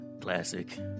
classic